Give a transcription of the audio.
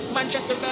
Manchester